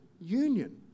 union